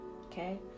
Okay